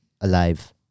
alive